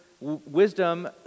wisdom